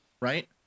right